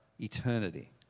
eternity